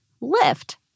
lift